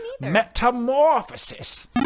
Metamorphosis